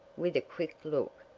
with a quick look.